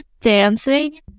dancing